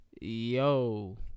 Yo